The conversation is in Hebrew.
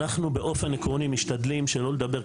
אנחנו באופן עקרוני משתדלים שלא לדבר,